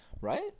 Right